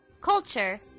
Culture